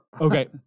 Okay